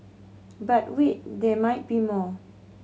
but wait there might be more